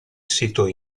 sito